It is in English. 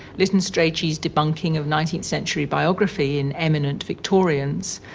lytton strachey's debunking of nineteenth century biography in eminent victorians.